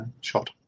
shot